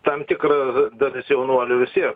tam tikra dalis jaunuolių vistiek